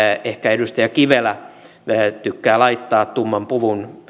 ehkä edustaja kivelä minun laillani tykkää laittaa päälle tumman puvun